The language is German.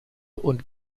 und